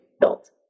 built